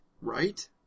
Right